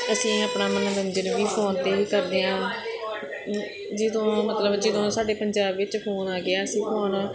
ਅਸੀਂ ਆਪਣਾ ਮੰਨੋਰੰਜਨ ਵੀ ਫੋਨ 'ਤੇ ਹੀ ਕਰਦੇ ਹਾਂ ਜਦੋਂ ਮਤਲਬ ਜਦੋਂ ਸਾਡੇ ਪੰਜਾਬ ਵਿੱਚ ਫੋਨ ਆ ਗਿਆ ਅਸੀਂ ਹੁਣ